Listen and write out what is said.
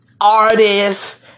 artists